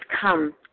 come